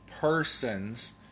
persons